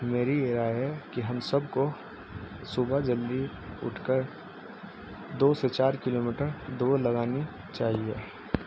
میری یہ رائے ہے کہ ہم سب کو صبح جلدی اٹھ کر دو سے چار کلو میٹر دوڑ لگانی چاہیے